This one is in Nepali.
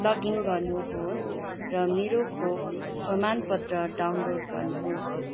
लगइन गर्नुहोस् र मेरो खोप प्रमाण पत्र डाउनलोड गर्नुहोस्